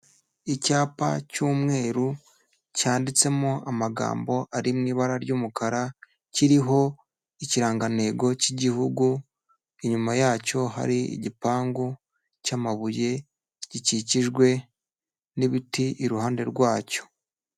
Icyapa cy'umweru, cyanditsemo amagambo ari mu ibara ry'umukara, kiriho ikirangantego cy'igihugu, inyuma yacyo, hari igipangu cy'amabuye gikikijwe n'ibiti iruhande rwacyo.